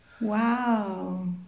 Wow